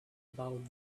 about